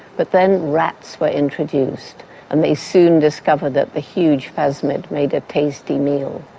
but then rats were introduced and they soon discovered that the huge phasmid made a tasty meal.